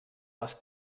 les